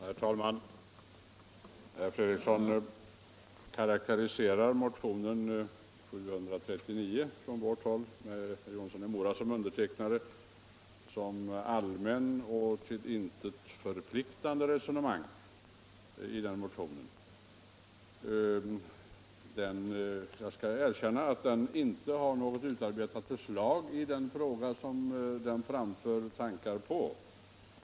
Herr talman! Herr Fredriksson karakteriserar folkpartimotionen 739 av herr Jonsson i Mora som ett allmänt och till intet förpliktande resonemang. Jag skall erkänna att den inte innehåller något utarbetat förslag i den fråga den för fram tankegångar om.